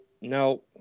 no